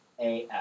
AF